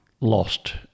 lost